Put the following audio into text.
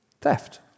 theft